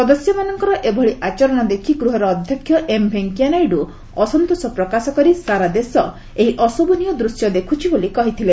ସଦସ୍ୟମାନଙ୍କର ଏଭଳି ଆଚରଣ ଦେଖି ଗୃହର ଅଧ୍ୟକ୍ଷ ଏମ୍ ଭେଙ୍କିୟା ନାଇଡ଼ ଅସନ୍ତୋଷ ପ୍ରକାଶ କରି ସାରା ଦେଶ ଏହି ଅଶୋଭନୀୟ ଦୂଶ୍ୟ ଦେଖୁଛି ବୋଲି କହିଥିଲେ